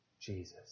Jesus